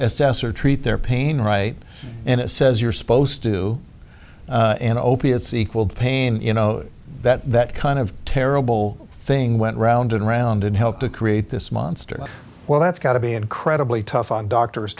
assess or treat their pain right and it says you're supposed to and opiates equal pain you know that that kind of terrible thing went round and round and helped to create this monster well that's got to be incredibly tough on doctors